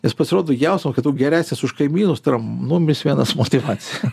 nes pasirodo jausmas kad tu geresnis už kaimynus tai yra numeris vienas motyvacija